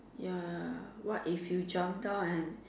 ya what if you jump down and